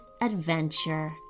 adventure